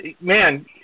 man